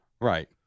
Right